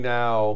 now